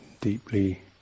deeply